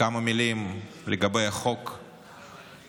כמה מילים על החוק שאנחנו,